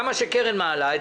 גם מה שקרן ברק מעלה.